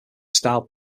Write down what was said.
style